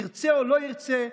ירצה או לא ירצה,